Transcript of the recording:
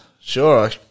sure